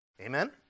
Amen